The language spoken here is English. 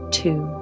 two